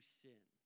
sin